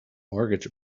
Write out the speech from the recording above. mortgage